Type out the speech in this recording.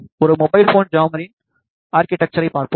ஒரு mobile phone ஜாமரின் ஆர்கிடெக்ச்சரைப் பார்ப்போம்